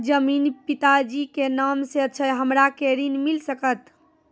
जमीन पिता जी के नाम से छै हमरा के ऋण मिल सकत?